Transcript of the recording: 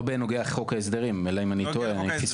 לא בנוגע לחוק ההסדרים, אלא אם אני טועה.